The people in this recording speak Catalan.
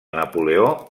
napoleó